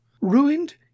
Ruined